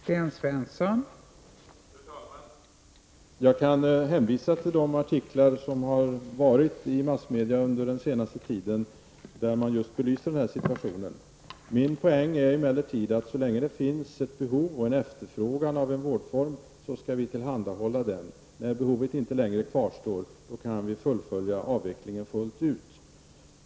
Fru talman! Jag kan hänvisa till de artiklar som har förekommit i massmedia under den senaste tiden där man just belyser den här situationen. Min poäng är emellertid att så länge det finns ett behov av och en efterfrågan på en vårdform skall vi tillhandahålla den. När behovet inte längre kvarstår, kan vi fullfölja avvecklingen fullt ut.